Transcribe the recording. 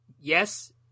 Yes